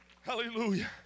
Hallelujah